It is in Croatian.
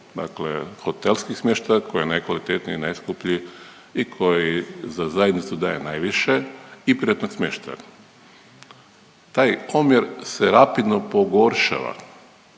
dakle hotelskih smještaja koji je najkvalitetniji, najskuplji i koji za zajednicu daje najviše i privatnog smještaja. Taj omjer se rapidno pogoršava,